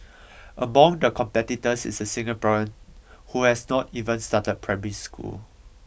among the competitors is a Singaporean who has not even started primary school